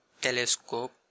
Telescope